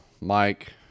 Mike